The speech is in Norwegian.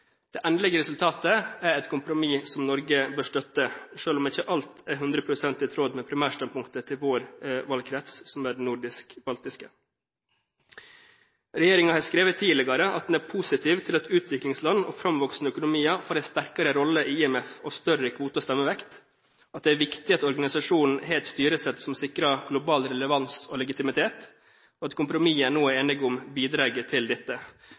Det endelige resultatet er et kompromiss Norge bør støtte, selv om ikke alt er hundre prosent i tråd med primærstandpunktet til vår valgkrets, som er den nordisk-baltiske. Regjeringen har tidligere skrevet at den er positiv til at utviklingsland og framvoksende økonomier får en sterkere rolle i IMF og større kvote- og stemmevekt, at det er viktig at organisasjonen har et styresett som sikrer global relevans og legitimitet, og at kompromisset man nå er enig om, bidrar til dette.